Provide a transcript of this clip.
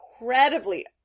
incredibly